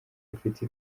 afite